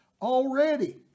already